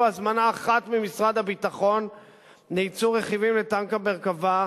הזמנה אחת ממשרד הביטחון לייצור רכיבים לטנק ה'מרכבה',